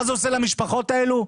מה זה עושה למשפחות האלו?